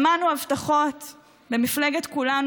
שמענו הבטחות במפלגת כולנו,